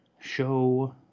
show